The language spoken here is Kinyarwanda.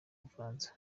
bufaransa